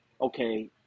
okay